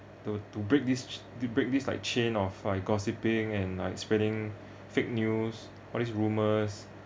to to break this ch~ to break this like chain of uh gossiping and like spreading fake news all these rumors